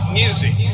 music